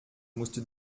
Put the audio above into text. musste